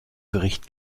gericht